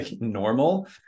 normal